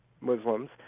Muslims